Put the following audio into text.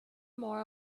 more